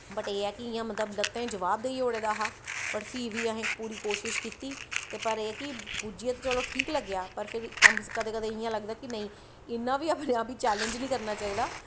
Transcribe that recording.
but एह् ऐ कि इ'यां लत्तें जवाब देई ओड़े दा हा पर फ्ही बी असें पूरी कोशश कीती पर एह् ऐ कि पुज्जियै ते चलो ठीक लग्गेआ पर फिर कदैं कदैं इ'यां लगदा कि इन्ना बी अपने आप गी चैलेंज़ निं करना चाहिदा